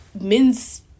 men's